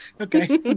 Okay